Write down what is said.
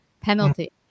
penalty